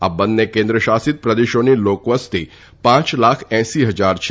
આ બંને કેન્દ્ર શાસિત પ્રદેશોની લોક વસ્તી પાંચ લાખ એસી હજાર છે